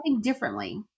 differently